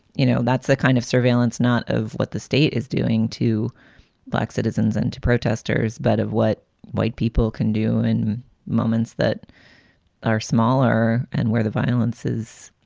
you know, that's the kind of surveillance not of what the state is doing to black citizens and to protesters, but of what white people can do in moments that are smaller and where the violence is,